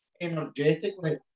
energetically